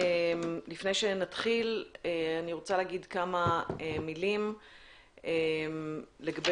לפני שנתחיל אני רוצה להגיד כמה מילים לגבי